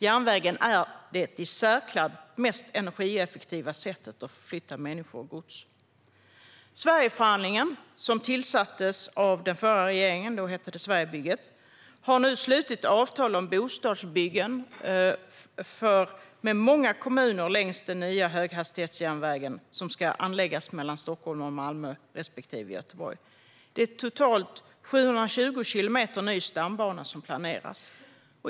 Järnvägen är det i särklass energieffektivaste sättet att förflytta människor och gods. Sverigeförhandlingen, som tillsattes av den förra regeringen - då hette det Sverigebygget - har nu slutit avtal om bostadsbyggen med kommuner längs den nya höghastighetsjärnväg som ska anläggas mellan Stockholm och Malmö respektive Göteborg. Det är totalt 720 kilometer ny stambana som planeras.